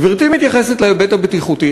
גברתי מתייחסת להיבט הבטיחותי.